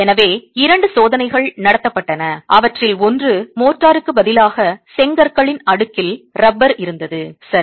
எனவே இரண்டு சோதனைகள் நடத்தப்பட்டன அவற்றில் ஒன்று மோர்டாருக்குப் பதிலாக செங்கற்களின் அடுக்கில் ரப்பர் இருந்தது சரி